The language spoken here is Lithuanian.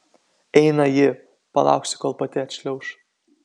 eina ji palauksiu kol pati atšliauš